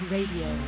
Radio